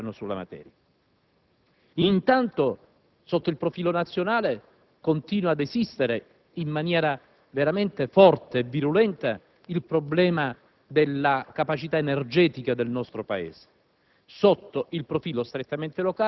intellettuale, in cui versa questo Governo sulla materia. Intanto, sotto il profilo nazionale, continua ad sussistere, in maniera veramente forte e virulenta, il problema della capacità energetica del nostro Paese,